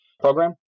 program